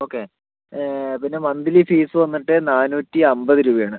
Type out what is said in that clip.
okay പിന്നെ monthly fees വന്നിട്ട് നാനൂറ്റി അൻപത് രൂപയാണ്